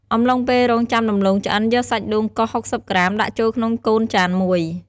អំឡុងពេលរង់ចាំដំឡូងឆ្អិន យកសាច់ដូងកោស ៦០ ក្រាម ដាក់ចូលក្នុងកូនចានមួយ។